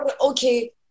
Okay